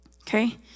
okay